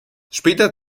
später